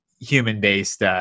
human-based